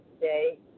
day